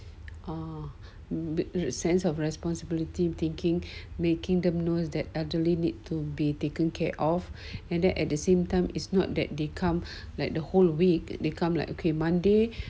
ah sense of responsibility thinking making them know that elderly need to be taken care of and then at the same time it's not that they come like the whole week they come like okay monday